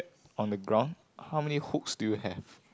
on the ground how many hooks do you have